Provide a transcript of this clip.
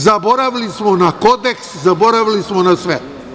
Zaboravili smo na kodeks, zaboravili smo na sve.